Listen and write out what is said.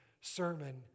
sermon